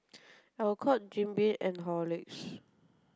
Alcott Jim Beam and Horlicks